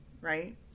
Right